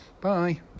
Bye